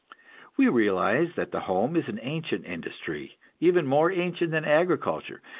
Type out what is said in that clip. we realize that the home is an ancient industry, even more ancient than agriculture,